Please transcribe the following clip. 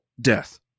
death